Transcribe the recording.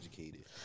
educated